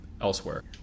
elsewhere